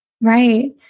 Right